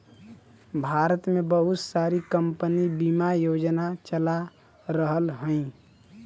भारत में बहुत सारी कम्पनी बिमा योजना चला रहल हयी